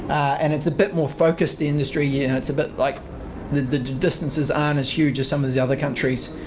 and it's a bit more focused industry yeah it's a bit like the the distances aren't as huge as some of the other countries.